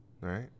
Right